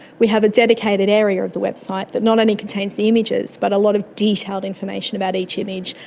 we have a dedicated area of the website that not only contains the images but a lot of detailed information about each image,